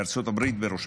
וארצות הברית בראשן,